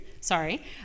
Sorry